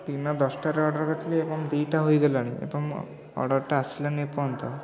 ଦିନ ଦଶଟାରେ ଅର୍ଡ଼ର କରିଥିଲି ଏବଂ ଦିନ ଦୁଇଟା ହୋଇଗଲାଣି ଏବଂ ଅର୍ଡ଼ରଟା ଆସିଲାନି ଏପର୍ଯ୍ୟନ୍ତ